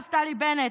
נפתלי בנט,